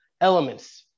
elements